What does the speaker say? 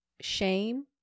shame